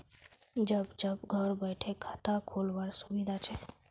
जब जब घर बैठे खाता खोल वार सुविधा छे